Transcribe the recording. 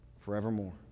Forevermore